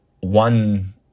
one